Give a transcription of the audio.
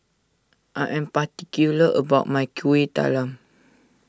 I am particular about my Kuih Talam